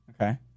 Okay